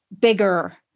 bigger